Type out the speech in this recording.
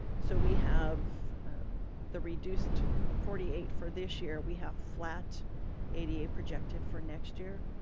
so we have the reduced forty eight for this year. we have flat ada a projected for next year.